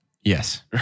Yes